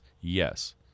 Yes